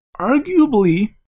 arguably